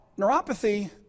neuropathy